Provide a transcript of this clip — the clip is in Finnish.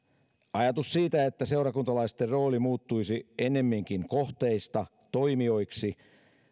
ajatus siitä että seurakuntalaisten rooli muuttuisi ennemminkin kohteista toimijoiksi